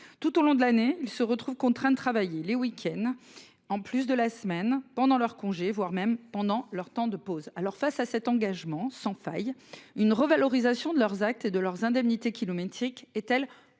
tout au long de l'année, ils se retrouvent contraints de travailler les week-ends. En plus de la semaine pendant leurs congés, voire même pendant leur temps de pause. Alors face à cet engagement sans faille, une revalorisation de leurs actes et de leurs indemnités kilométriques est-elle